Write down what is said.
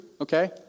okay